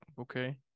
okay